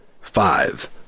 Five